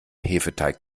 hefeteig